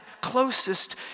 closest